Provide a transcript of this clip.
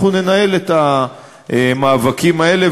אנחנו ננהל את המאבקים האלה,